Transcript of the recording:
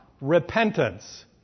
Repentance